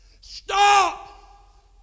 Stop